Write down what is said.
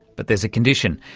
but there's a condition.